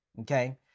okay